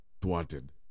thwarted